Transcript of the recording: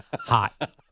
Hot